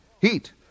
Heat